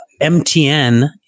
MTN